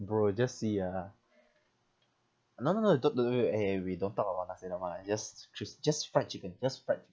bro just see ah no no no don't don't uh eh we don't talk about nasi lemak ah just just fried chicken just fried chicken